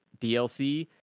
DLC